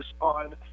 on